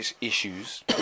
issues